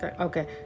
okay